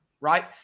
right